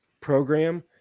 program